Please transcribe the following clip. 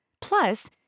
Plus